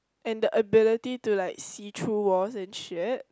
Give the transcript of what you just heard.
and the ability to like see through walls and sheet